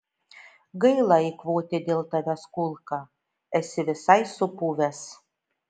gaila eikvoti dėl tavęs kulką esi visai supuvęs